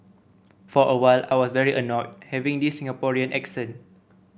for a while I was very annoyed having this Singaporean accent